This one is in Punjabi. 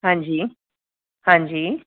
ਹਾਂਜੀ ਹਾਂਜੀ